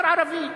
שר ערבי,